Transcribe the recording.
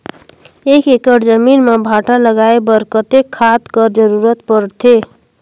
एक एकड़ जमीन म भांटा लगाय बर कतेक खाद कर जरूरत पड़थे?